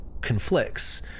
conflicts